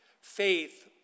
Faith